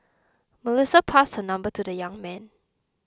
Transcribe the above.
Melissa passed her number to the young man